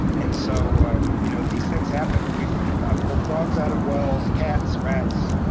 and so you know these things happen. we've pulled frogs out of wells, cats, rats,